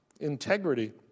integrity